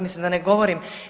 Mislim da ne govorim.